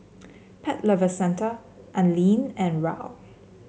Pet Lovers Centre Anlene and Raoul